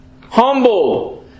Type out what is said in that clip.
humble